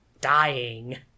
dying